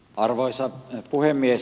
arvoisa puhemies